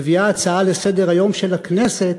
מביאה הצעה לסדר-היום של הכנסת